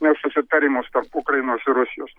susitarimus tarp ukrainos ir rusijos